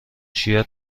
چیا